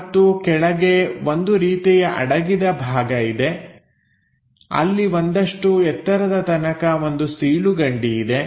ಮತ್ತು ಕೆಳಗೆ ಒಂದು ರೀತಿಯ ಅಡಗಿದ ಭಾಗ ಇದೆ ಅಲ್ಲಿ ಒಂದಷ್ಟು ಎತ್ತರದ ತನಕ ಒಂದು ಸೀಳುಕಂಡಿ ಇದೆ